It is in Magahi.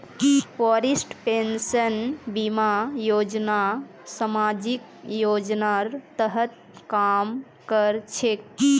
वरिष्ठ पेंशन बीमा योजना सामाजिक योजनार तहत काम कर छेक